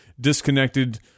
disconnected